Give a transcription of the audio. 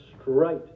straight